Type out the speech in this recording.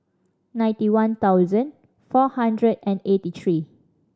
ninety one thousand four hundred and eighty three